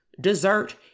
dessert